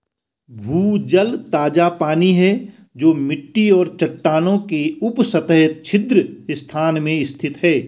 भूजल ताजा पानी है जो मिट्टी और चट्टानों के उपसतह छिद्र स्थान में स्थित है